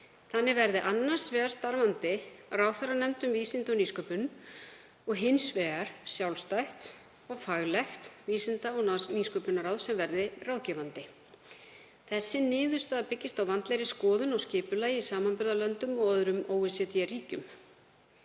Þannig verði annars vegar starfandi ráðherranefnd um vísindi og nýsköpun og hins vegar sjálfstætt faglegt Vísinda- og nýsköpunarráð sem verði ráðgefandi. Þessi niðurstaða byggist á vandlegri skoðun og skipulagi í samanburðarlöndum og öðrum OECD-ríkjum.